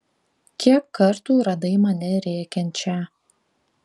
kiek kartų radai mane rėkiančią